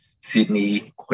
Sydney